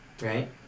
right